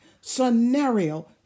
scenario